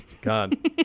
god